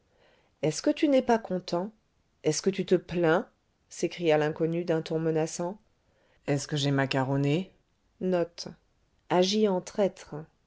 est-ce que tu n'es pas content est-ce que tu te plains s'écria l'inconnu d'un ton menaçant est-ce que j'ai macarone